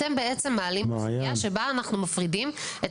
למעשה אתם מעלים פה סוגיה שבה אנחנו מפרידים את